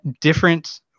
different